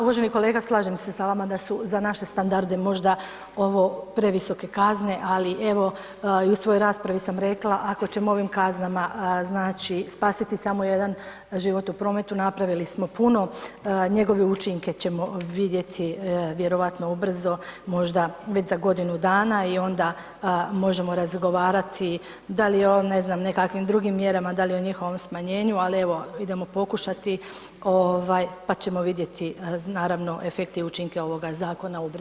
Uvaženi kolega slažem se sa vama da su za naše standarde možda ovo previsoke kazne, ali evo, i u svojoj raspravi sam rekla, ako ćemo ovim kaznama znači spasiti samo jedan život u prometu, napravili smo puno, njegove učinke ćemo vidjeti vjerovatno ubrzo, možda već za godinu dana i onda možemo razgovarati da li o ne znam nekakvim drugim mjerama, da li o njihovom smanjenju ali evo, idemo pokušati pa ćemo vidjeti naravno efekte i učinke ovoga zakona ubrzo.